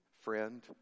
friend